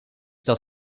dat